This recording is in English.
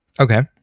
Okay